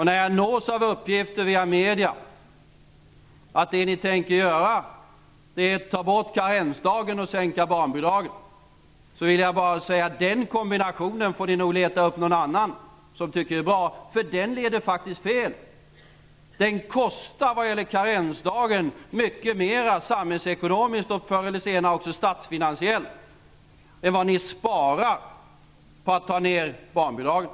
När jag nås av uppgifter via media om att det ni tänker göra är att ta bort karensdagen och sänka barnbidraget, vill jag bara säga att ni nog får leta upp någon annan som tycker att den kombinationen är bra. Den leder faktiskt fel. Den kostar, när det gäller karensdagen, mycket mera samhällsekonomiskt och förr eller senare även statsfinansiellt, än vad ni sparar på att sänka barnbidragen.